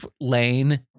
Lane